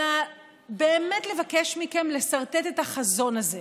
אלא באמת לבקש מכם לסרטט את החזון הזה,